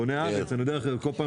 בוני הארץ רוצים,